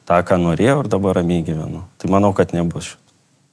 tą ką norėjau ir dabar ramiai gyvenu tai manau kad nebus šito